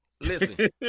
Listen